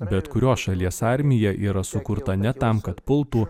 bet kurios šalies armija yra sukurta ne tam kad pultų